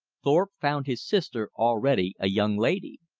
thorpe found his sister already a young lady.